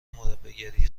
مربیگری